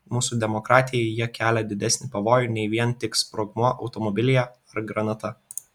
mūsų demokratijai jie kelia didesnį pavojų nei vien tik sprogmuo automobilyje ar granata